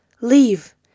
Leave